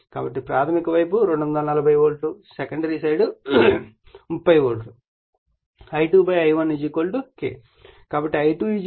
కాబట్టి ప్రాధమిక వైపు 240 వోల్ట్ సెకండరీ సైడ్ 30 వోల్ట్లు I2 I1 K అని తెలుసు